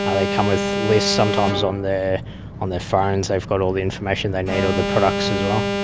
ah they come with lists sometimes on their on their phones, they've got all the information they need, all the products as well.